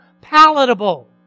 palatable